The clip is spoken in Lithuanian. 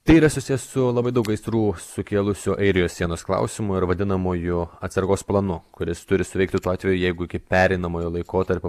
tai yra susiję su labai daug gaisrų sukėlusių airijos sienos klausimu ir vadinamoju atsargos planu kuris turi suveikti tuo atveju jeigu iki pereinamojo laikotarpio